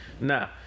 Now